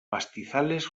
pastizales